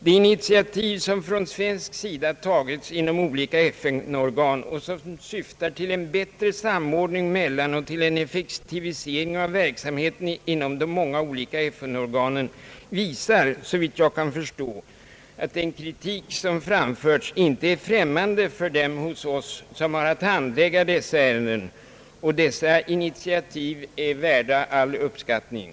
De initiativ som har tagits från svensk sida inom olika FN-organ och som syftar till en bättre samordning mellan dessa och en effektivisering av verksamheten där visar — såvitt jag kan förstå — att den kritik som framförts inte är främmande för dem som har att handlägga dessa ärenden. Dessa initiativ är värda all uppskattning.